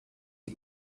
you